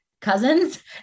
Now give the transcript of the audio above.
cousins